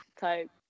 type